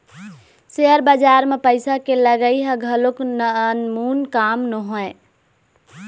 share बजार म पइसा के लगई ह घलोक नानमून काम नोहय